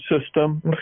system